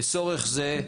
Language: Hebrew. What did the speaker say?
לצורך זה,